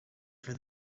for